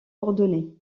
ordonné